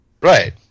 Right